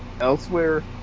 Elsewhere